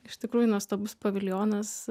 iš tikrųjų nuostabus paviljonas